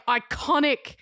iconic